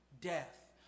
death